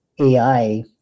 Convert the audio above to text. AI